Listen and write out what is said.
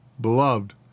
Beloved